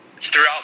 throughout